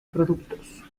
productos